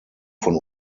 von